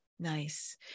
Nice